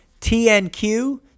Tnq